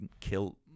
kill